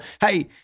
hey